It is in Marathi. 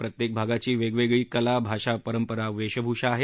प्रत्येक भागाची वेगवेगळी कला भाषा परपंरा वेशभुषा आहेत